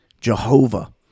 Jehovah